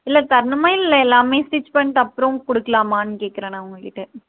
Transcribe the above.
இல்லை தரணுமா இல்லை எல்லாமே ஸ்டிச் பண்ணிட்டு அப்புறோம் கொடுத்துக்கலாமான்னு கேக்கறன் உங்கள் கிட்ட